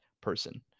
person